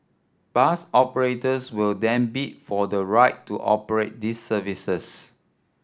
bus operators will then bid for the right to operate these services